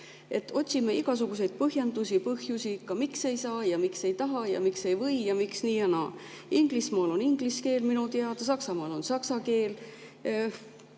Otsime igasuguseid põhjendusi, põhjusi, ikka miks ei saa ja miks ei taha ja miks ei või ja miks nii ja naa. Inglismaal on inglise keel minu teada, Saksamaal on saksa keel.